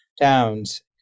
towns